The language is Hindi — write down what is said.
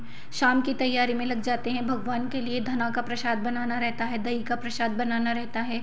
शाम की तैयारी में लग जाते हैं भगवान के लिए धना का प्रसाद बनाना रहता है दही का प्रसाद बनाना रहता है